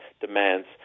demands